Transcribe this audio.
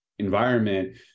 environment